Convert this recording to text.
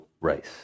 race